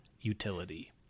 utility